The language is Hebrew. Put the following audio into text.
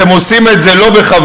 אתם עושים את זה לא בכוונה,